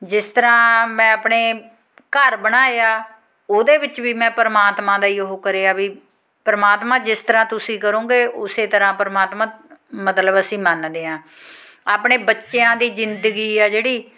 ਜਿਸ ਤਰ੍ਹਾਂ ਮੈਂ ਆਪਣੇ ਘਰ ਬਣਾਇਆ ਉਹਦੇ ਵਿੱਚ ਵੀ ਮੈਂ ਪਰਮਾਤਮਾ ਦਾ ਹੀ ਉਹ ਕਰਿਆ ਵੀ ਪਰਮਾਤਮਾ ਜਿਸ ਤਰ੍ਹਾਂ ਤੁਸੀਂ ਕਰੋਗੇ ਉਸ ਤਰ੍ਹਾਂ ਪਰਮਾਤਮਾ ਮਤਲਬ ਅਸੀਂ ਮੰਨਦੇ ਹਾਂ ਆਪਣੇ ਬੱਚਿਆਂ ਦੀ ਜ਼ਿੰਦਗੀ ਆ ਜਿਹੜੀ